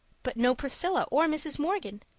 but no priscilla or mrs. morgan.